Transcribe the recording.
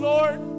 Lord